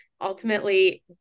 ultimately